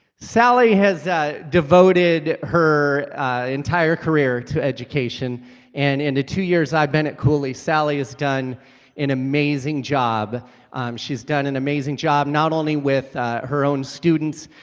sallie has devoted her entire career to education and in the two years i've been at cooley sally has done an amazing job she's done an amazing job. not only with her own students.